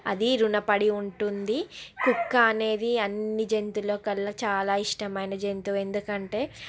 అది రుణపడి ఉంటుంది కుక్క అనేది అన్ని జంతువులో కల్లా చాలా ఇష్టమైన జంతువు ఎందుకంటే